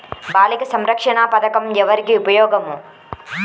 బాలిక సంరక్షణ పథకం ఎవరికి ఉపయోగము?